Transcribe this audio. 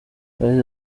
yagize